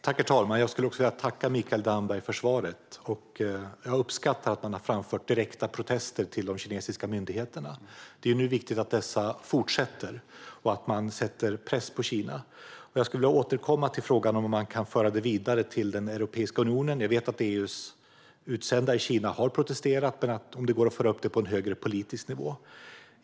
Herr talman! Jag skulle vilja tacka Mikael Damberg för svaret. Jag uppskattar att man har framfört direkta protester till de kinesiska myndigheterna. Det är nu viktigt att protesterna fortsätter och att man sätter press på Kina. Jag skulle vilja återkomma till frågan om att föra det vidare till Europeiska unionen. Vi vet att EU:s utsända i Kina har protesterat. Går det att föra upp det på en högre politisk nivå?